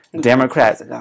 Democrats